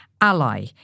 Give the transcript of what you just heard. ally